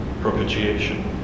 propitiation